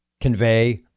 convey